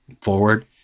forward